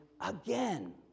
again